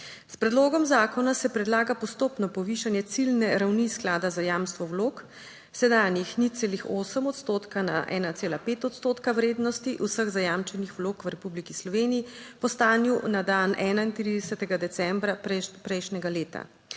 S predlogom zakona se predlaga postopno povišanje ciljne ravni Sklada za jamstvo vlog sedanjih 0,8 odstotka na ena cela 5 odstotka vrednosti vseh zajamčenih vlog v Republiki Sloveniji po stanju na dan 31. decembra prejšnjega leta.